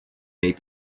may